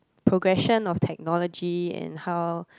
progression of technology and how